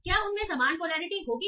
क्या उनमें समान पोलैरिटी होगी